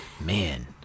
man